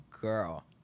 girl